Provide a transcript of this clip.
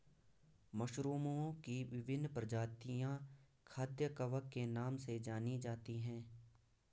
मशरूमओं की विभिन्न प्रजातियां खाद्य कवक के नाम से जानी जाती हैं